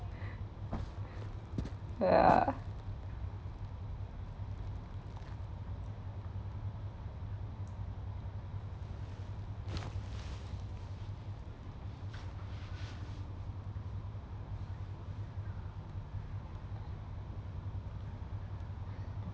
ya